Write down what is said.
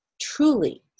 truly